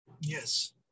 Yes